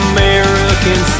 American